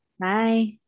Bye